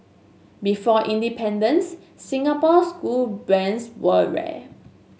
before independence Singapore school brands were rare